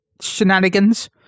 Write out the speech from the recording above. Shenanigans